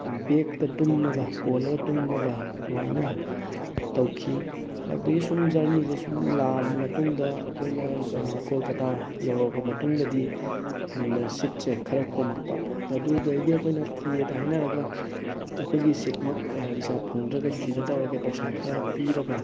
ꯕꯦꯒꯇ ꯇꯨꯝꯃꯒ ꯀꯣꯜꯂꯒ ꯇꯨꯝꯃꯒ ꯑꯗꯨꯃꯥꯏꯅ ꯇꯧꯈꯤ ꯑꯗꯨꯗꯒꯤ ꯁꯨꯝ ꯖꯔꯅꯤꯁꯦ ꯁꯨꯝ ꯂꯥꯛꯑꯕ ꯃꯇꯨꯡꯗ ꯑꯩꯈꯣꯏꯅ ꯀꯣꯜꯀꯇꯥ ꯌꯧꯔꯛꯑꯕ ꯃꯇꯨꯡꯗꯗꯤ ꯁꯤꯠꯁꯦ ꯈꯔ ꯀꯣꯝꯃꯛꯄ ꯑꯗꯨꯗꯒꯤ ꯑꯩꯈꯣꯏꯅ ꯇꯤ ꯑꯦꯗ ꯍꯥꯏꯅꯔꯒ ꯑꯩꯈꯣꯏꯒꯤ ꯁꯤꯠꯃꯛ ꯔꯤꯖꯥꯕ ꯐꯪꯗ꯭ꯔꯒꯁꯨ ꯁꯤꯗ ꯇꯧꯔꯒꯦ ꯄꯩꯁꯥ ꯈꯔ ꯄꯤꯔꯒ